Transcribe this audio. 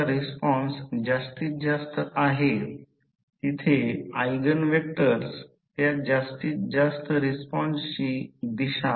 आणखी एक गोष्ट म्हणतात डायलेक्ट्रिक भार या नुकसानाची जागा खरोखर इन्सुलेट सामग्रीमध्ये आहे विशेषत तेल आणि घन इन्सुलेशन